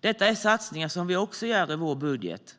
Detta är satsningar som vi också gör i vår budget.